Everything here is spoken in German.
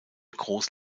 gross